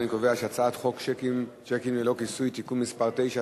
אני קובע שהצעת חוק שיקים ללא כיסוי (תיקון מס' 9),